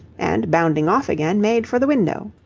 and, bounding off again, made for the window.